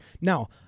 Now